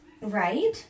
Right